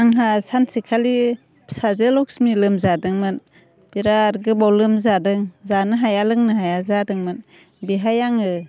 आंहा सानसेखालि फिसाजो लक्ष्मी लोमजादोंमोन बिराद गोबाव लोमजादों जानो हाया लोंनो हाया जादोंमोन बेहाय आङो